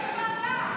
יש ועדה.